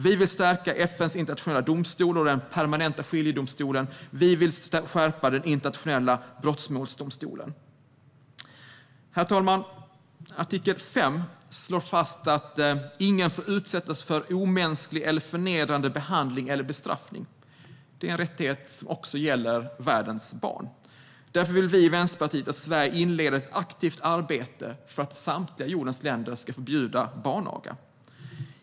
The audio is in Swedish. Vi vill stärka FN:s internationella domstol, Permanenta skiljedomstolen och Internationella brottmålsdomstolen. Herr talman! Artikel 5 slår fast att ingen får utsättas för omänsklig eller förnedrande behandling eller bestraffning. Detta är en rättighet som också gäller världens barn. Därför vill vi i Vänsterpartiet att Sverige inleder ett aktivt arbete för att samtliga jordens länder ska förbjuda barnaga.